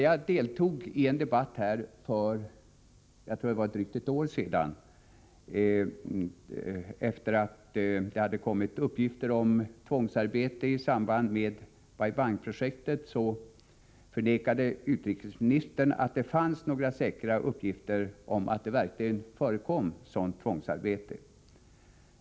Jag deltog i en debatt i samma ämne för drygt ett år sedan efter det att det hade kommit uppgifter om tvångsarbete i samband med Bai Bang-projektet, och då förnekade utrikesministern att det fanns några säkra uppgifter om att det verkligen förekom sådant tvångsarbete.